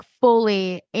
fully